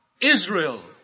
Israel